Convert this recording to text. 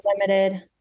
limited